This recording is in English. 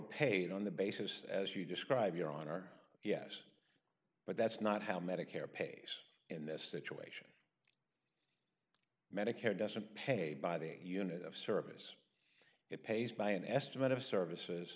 paid on the basis as you describe your honor yes but that's not how medicare pays in this situation medicare doesn't pay by the unit of service it pays by an estimate of services